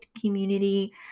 community